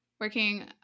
working